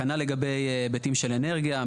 כנ"ל לגבי היבטים של אנרגיה.